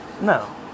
No